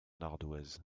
ardoise